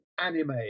anime